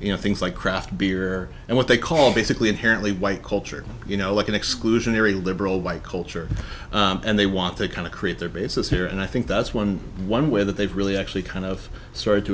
you know things like craft beer and what they call basically inherently white culture you know like an exclusionary liberal white culture and they want to kind of create their bases here and i think that's one one way that they've really actually kind of started to